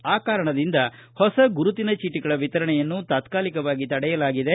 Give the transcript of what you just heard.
ಈ ಕಾರಣದಿಂದ ಹೊಸ ಗುರುತಿನ ಚೀಟಗಳ ವಿತರಣೆಯನ್ನು ತಾತ್ಕಾಲಿಕವಾಗಿ ತಡೆಯಲಾಗಿದೆ